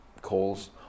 calls